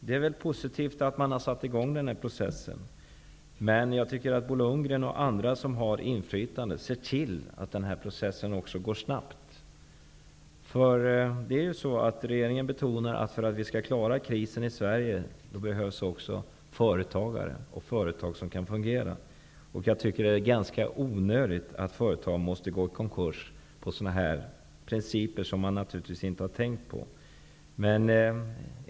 Det är väl positivt att man har satt i gång en process, men jag tycker att Bo Lundgren och andra som har inflytande skall tillse att den också går snabbt. Regeringen betonar att det för att vi skall klara krisen i Sverige också behövs företagare och företag som kan fungera. Jag tycker att det är onödigt att företag skall gå i konkurs genom följdverkningar som man inte har tänkt på.